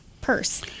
purse